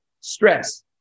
stress